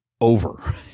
over